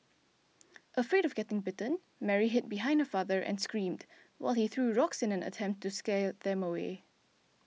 afraid of getting bitten Mary hid behind her father and screamed while he threw rocks in an attempt to scare them away